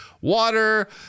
water